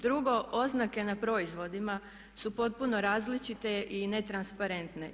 Drugo, oznake na proizvodima su potpuno različite i netransparentne.